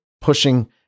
pushing